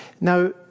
Now